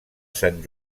sant